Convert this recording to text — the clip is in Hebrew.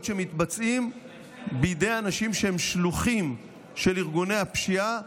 שמתבצעות בידי אנשים שהם שלוחים של ארגוני הפשיעה,